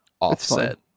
offset